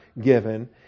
given